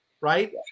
Right